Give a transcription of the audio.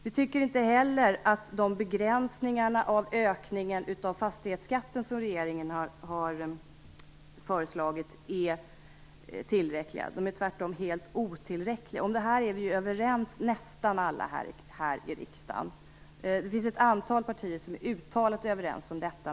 Vi tycker inte heller att de begränsningar av ökningen av fastighetsskatten som regeringen har föreslagit är tillräckliga. De är tvärtom helt otillräckliga. Om detta är nästan alla här i riksdagen överens. Det finns ett antal partier som är uttalat överens om detta.